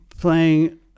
playing